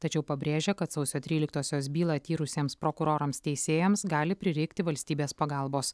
tačiau pabrėžia kad sausio tryliktosios bylą tyrusiems prokurorams teisėjams gali prireikti valstybės pagalbos